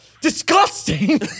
disgusting